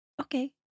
Okay